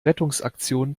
rettungsaktion